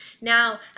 Now